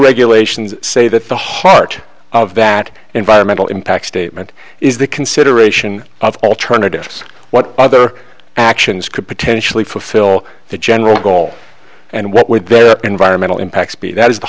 regulations say that the heart of that environmental impact statement is the consideration of alternatives what other actions could potentially fulfill the general goal and what would the environmental impacts be that is the